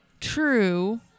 True